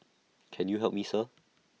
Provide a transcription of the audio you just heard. can you help me sir